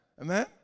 Amen